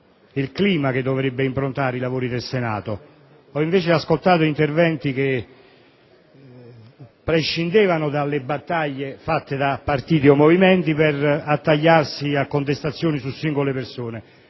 il clima che dovrebbe improntare i lavori del Senato. Ho, invece, ascoltato interventi che prescindevano dalle battaglie fatte da partiti o movimenti per attagliarsi a contestazioni su singole persone.